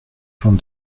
forme